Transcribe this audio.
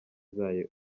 zayo